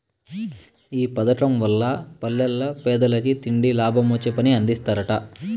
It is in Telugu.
ఈ పదకం వల్ల పల్లెల్ల పేదలకి తిండి, లాభమొచ్చే పని అందిస్తరట